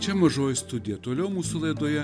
čia mažoji studija toliau mūsų laidoje